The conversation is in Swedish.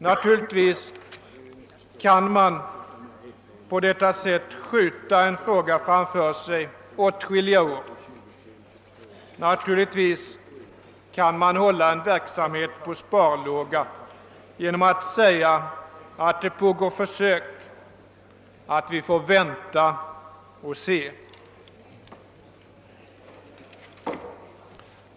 Naturligtvis kan man på detta sätt skjuta en fråga framför sig åtskilliga år. Man kan hålla en verksamhet på sparlåga genom att säga att det pågår försök, att vi får vänta och se.